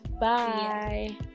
Bye